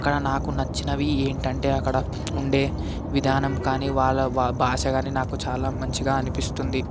అక్కడ నాకు నచ్చినవి ఏంటంటే అక్కడ ఉండే విధానం కానీ వాళ్ళ భా భాష కానీ నాకు చాలా మంచిగా అనిపిస్తుంది